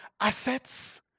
assets